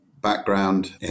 background